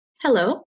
Hello